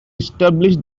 establish